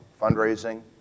fundraising